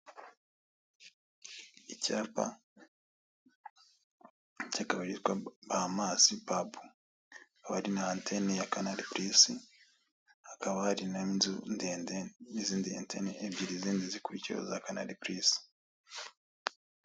Icyapa cy'akabari kitwa bahamasi pabu, hakaba hari na anteni ya kanari pulisi, hakaba hari n'inzu ndende n'izindi antene ebyiri zindi zikurikiyeho za kanari pulisi.